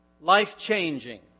life-changing